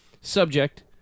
subject